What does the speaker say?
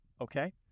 okay